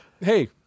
hey